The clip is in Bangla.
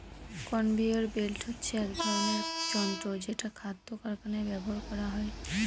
কনভেয়র বেল্ট হচ্ছে এক ধরনের যন্ত্র যেটা খাদ্য কারখানায় ব্যবহার করা হয়